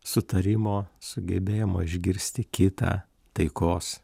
sutarimo sugebėjimo išgirsti kitą taikos